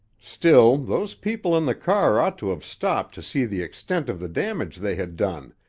still, those people in the car ought to have stopped to see the extent of the damage they had done,